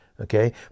Okay